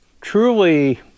truly